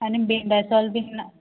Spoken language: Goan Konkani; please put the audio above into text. आनी भिंडा साल बीन ना